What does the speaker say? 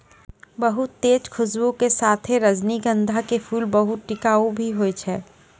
बहुत तेज खूशबू के साथॅ रजनीगंधा के फूल बहुत टिकाऊ भी हौय छै